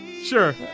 Sure